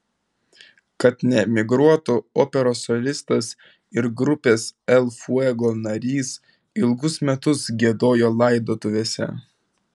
kad neemigruotų operos solistas ir grupės el fuego narys ilgus metus giedojo laidotuvėse